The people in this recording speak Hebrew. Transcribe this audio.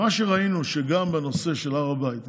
מה שראינו שם בנושא של הר הבית,